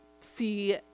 see